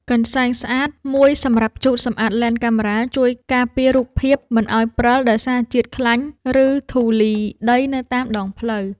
កន្សែងស្អាតមួយសម្រាប់ជូតសម្អាតលែនកាមេរ៉ា ជួយការពាររូបភាពមិនឱ្យព្រិលដោយសារជាតិខ្លាញ់ ឬធូលីដីនៅតាមដងផ្លូវ។